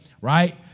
right